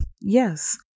Yes